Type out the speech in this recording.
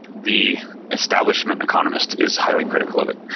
the establishment economists is highly critical of it.